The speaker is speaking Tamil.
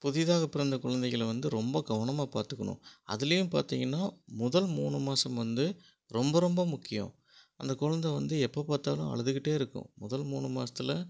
புதிதாக பிறந்த குழந்தைகளை வந்து ரொம்ப கவனமாக பார்த்துக்கணும் அதுலையும் பார்த்தீங்கன்னா முதல் மூணு மாதம் வந்து ரொம்ப ரொம்ப முக்கியம் அந்த குழந்தை வந்து எப்போ பார்த்தாலும் அழுதுக்கிட்டே இருக்கும் முதல் மூணு மாதத்துல